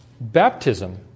baptism